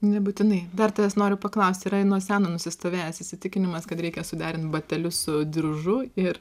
nebūtinai dar tavęs noriu paklausti yra nuo seno nusistovėjęs įsitikinimas kad reikia suderint batelius su diržu ir